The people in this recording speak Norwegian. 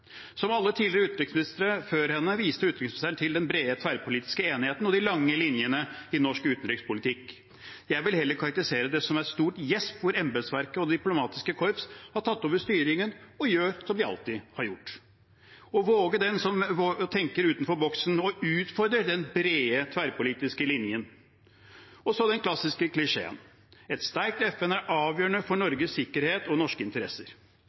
Som alle tidligere utenriksministre før henne viste utenriksministeren til den brede tverrpolitiske enigheten og de lange linjene i norsk utenrikspolitikk. Jeg vil heller karakterisere det som et stort gjesp hvor embetsverket og det diplomatiske korps har tatt over styringen og gjør som de alltid har gjort. Og nåde den som tenker utenfor boksen og utfordrer den brede tverrpolitiske linjen! Så den klassiske klisjeen: Et sterkt FN er avgjørende for Norges sikkerhet og norske interesser.